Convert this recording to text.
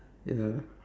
ya